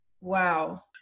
wow